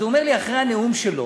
אז הוא אומר לי אחרי הנאום שלו: